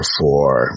four